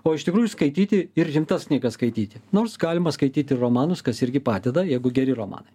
o iš tikrųjų skaityti ir rimtas knygas skaityti nors galima skaityt ir romanus kas irgi padeda jeigu geri romanai